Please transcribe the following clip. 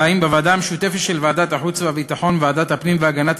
בוועדה המשותפת של ועדת החוץ והביטחון וועדת הפנים והגנת